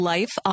Life